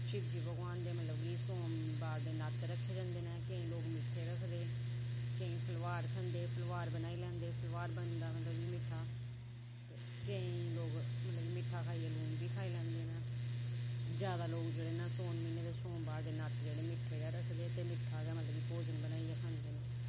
शिवजी भगनवान दे मतलब की सोमवार दे बर्त रक्खे दे होंदे केईं लोग मिट्ठे रक्खे दे होंदे केईं लोग फलाहार खंदे फलाहार बनाई लैंदे ते फलाहार बनदा बी मिट्ठा ते केईं लोग मतलब मिट्ठा खाइयै मतलब लून बी खाई लैंदे मिट्ठा जादै लोग जेह्ड़े न सौन म्हीनै दे सोमवार दे बर्त मिट्ठा गै रखदे ते मिट्ठा गै मतलब भोजन खंदे न